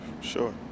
sure